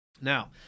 Now